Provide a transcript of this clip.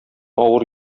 авыр